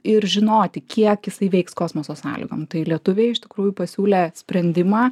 ir žinoti kiek jisai veiks kosmoso sąlygom tai lietuviai iš tikrųjų pasiūlė sprendimą